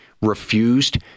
refused